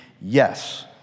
Yes